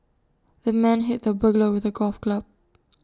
the man hit the burglar with A golf club